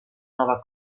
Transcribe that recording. nova